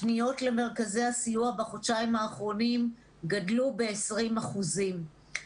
הפניות למרכזי הסיוע גדלו ב-20% בחודשיים האחרונים.